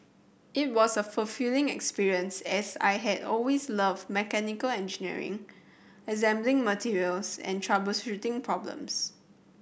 it was a fulfilling experience as I had always loved mechanical engineering assembling materials and troubleshooting problems